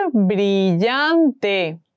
brillante